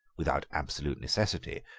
without absolute necessity,